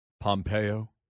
Pompeo